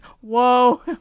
Whoa